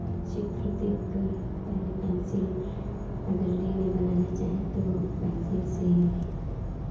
चित्र देखकर पहले पेन्सिल अगर लेने बनाना चाहें तो पेन्सिल से ही